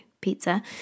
pizza